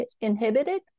inhibited